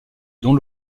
dont